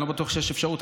אני לא בטוח שיש אפשרות,